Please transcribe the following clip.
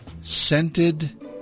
Scented